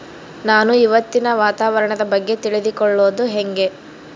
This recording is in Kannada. ನಾನು ಇವತ್ತಿನ ವಾತಾವರಣದ ಬಗ್ಗೆ ತಿಳಿದುಕೊಳ್ಳೋದು ಹೆಂಗೆ?